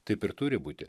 taip ir turi būti